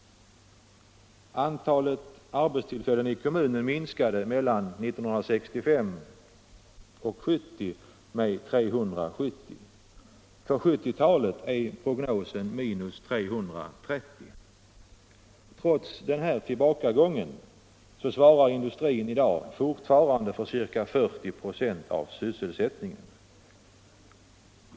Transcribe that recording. Antalet arbetstillfällen i kommunen minskade mellan 1965 och 1970 med 370. För 1970-talet är prognosens minus 330. Trots tillbakagången svarar industrin fortfarande för ca 40 96 av sysselsättningen.